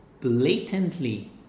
blatantly